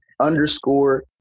underscore